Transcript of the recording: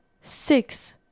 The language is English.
six